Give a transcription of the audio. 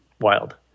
wild